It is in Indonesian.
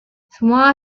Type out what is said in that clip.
semua